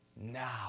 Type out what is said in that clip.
now